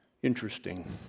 Interesting